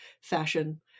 fashion